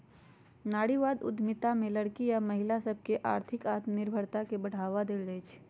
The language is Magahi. नारीवाद उद्यमिता में लइरकि आऽ महिला सभके आर्थिक आत्मनिर्भरता के बढ़वा देल जाइ छइ